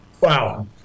Wow